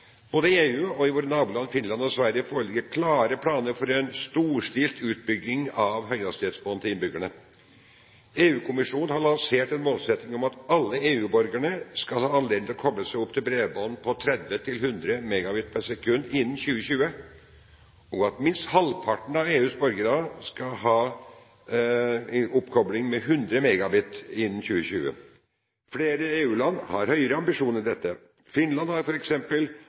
EU – med våre naboland Finland og Sverige – foreligger det klare planer om en storstilt utbygging av høyhastighetsbredbånd til innbyggerne. EU-kommisjonen har lansert en målsetting om at alle EU-borgere skal ha anledning til å koble seg opp til bredbånd på 30–100 MB/s innen 2020, og at minst halvparten av EUs borgere skal ha oppkobling med 100 MB/s innen 2020. Flere EU-land har høyere ambisjoner enn dette. Finland har